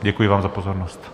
Děkuji vám za pozornost.